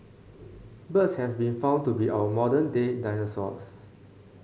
birds have been found to be our modern day dinosaurs